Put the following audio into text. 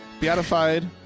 beatified